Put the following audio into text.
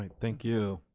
like thank you.